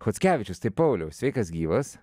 chockevičius tai pauliau sveikas gyvas